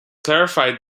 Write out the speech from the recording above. clarified